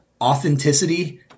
authenticity